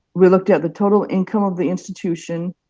we looked at the total income of the institution,